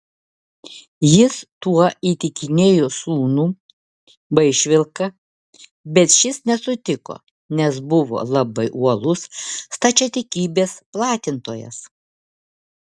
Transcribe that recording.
jis tuo įtikinėjo sūnų vaišvilką bet šis nesutiko nes buvo labai uolus stačiatikybės platintojas